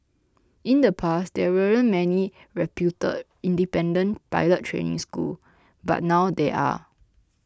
in the past there weren't many reputed independent pilot training school but now there are